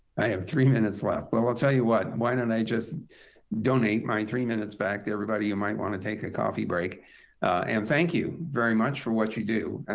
i have three minutes left. well, i'll tell you what, why don't i just donate my three minutes back to everybody who might want to take a coffee break and thank you very much for what you do. i